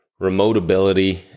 remotability